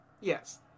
Yes